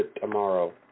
tomorrow